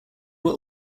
were